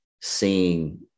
seeing